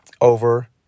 over